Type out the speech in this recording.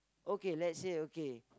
okay let's say okay